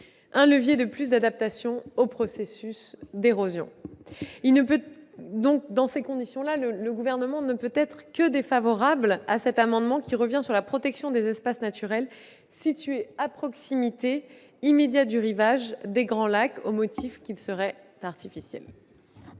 un levier de plus d'adaptation au processus d'érosion. Dans ces conditions, le Gouvernement ne peut être que défavorable à cet amendement, qui tend à revenir sur la protection des espaces naturels situés à proximité immédiate du rivage des grands lacs, au motif qu'ils seraient artificiels.